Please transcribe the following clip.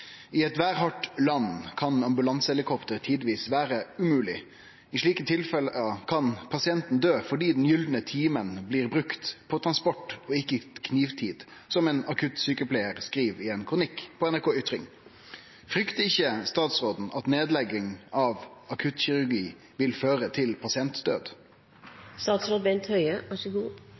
I et værhardt land kan ambulansehelikopter tidvis være umulig. I slike tilfeller 'kan pasienten dø fordi den 'gylne timen' blir brukt på transport og ikke knivtid', som en akuttsykepleier skriver i en kronikk på NRK Ytring. Frykter ikke statsråden at nedlegging av akuttkirurgi vil føre til